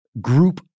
group